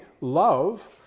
love